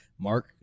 Mark